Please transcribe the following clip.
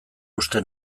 uste